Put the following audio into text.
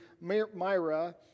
Myra